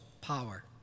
power